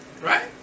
Right